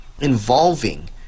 involving